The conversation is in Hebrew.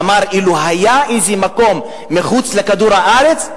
שאמר: אילו היה איזה מקום מחוץ לכדור הארץ,